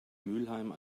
mülheim